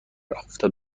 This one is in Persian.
آفتاب